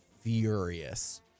furious